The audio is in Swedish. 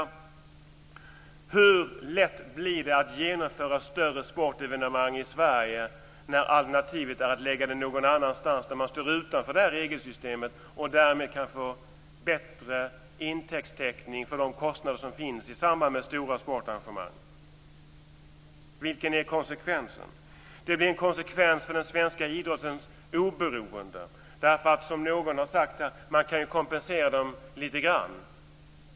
Hur lätt blir det att genomföra större sportevenemang i Sverige när alternativet är att lägga dem någon annanstans där man står utanför det här regelsystemet och därmed kan få bättre intäktstäckning för de kostnader som finns i samband med stora sportarrangemang? Vilken är konsekvensen? Det blir en konsekvens för den svenska idrottens oberoende. Som någon här har sagt kan man ju kompensera den lite grand.